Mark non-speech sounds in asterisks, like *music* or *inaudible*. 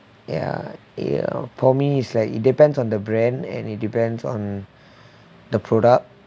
ya you know for me is like it depends on the brand and it depends on *breath* the product